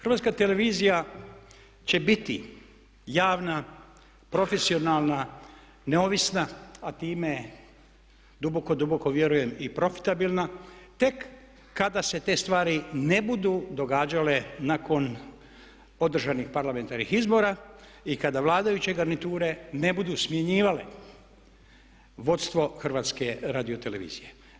HRT će biti javna, profesionalna, neovisna a time duboko, duboko vjerujem i profitabilna tek kada se te stvari ne budu događale nakon održanih parlamentarnih izbora i kada vladajuće garniture ne budu smanjivale vodstvo HRT-a.